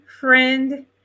friend